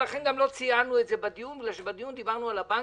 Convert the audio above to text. לכן גם לא ציינו את זה בדיון מכיוון שהיום דיברנו על הבנקים,